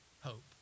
hope